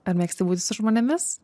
ar mėgsti būti su žmonėmis